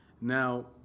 Now